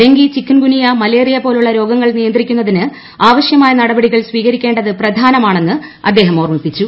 dengue chikungunya malaria പോലുള്ള രോഗങ്ങൾ നിയന്ത്രിക്കുന്നതിന് ആവശ്യമായ നടപടികൾ സ്വീകരിക്കേണ്ടത് പ്രധാനമാണെന്ന് അദ്ദേഹം ഓർമ്മിപ്പിച്ചു